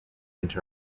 into